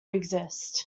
exist